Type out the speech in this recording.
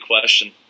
question